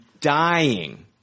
dying